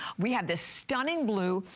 we have the stunning blue,